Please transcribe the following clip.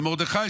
ומרדכי,